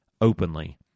openly